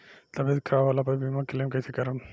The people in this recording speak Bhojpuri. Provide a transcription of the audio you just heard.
तबियत खराब होला पर बीमा क्लेम कैसे करम?